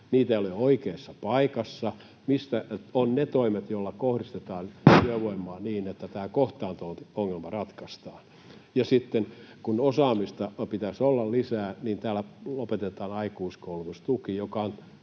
sitä ei ole oikeassa paikassa. Missä ovat ne toimet, joilla kohdistetaan työvoimaa niin, että tämä kohtaanto-ongelma ratkaistaan? Ja sitten, kun osaamista pitäisi olla lisää, täällä lopetetaan aikuiskoulutustuki, joka on